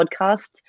podcast